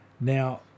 Now